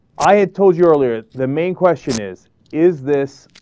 i had told you earlier the main question is is this